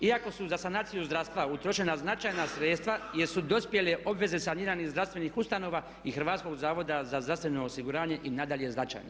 Iako su za sanaciju zdravstva utrošena značajna sredstva jer su dospjele obveze saniranih zdravstvenih ustanova i Hrvatskog zavoda za zdravstveno osiguranje i nadalje značajni.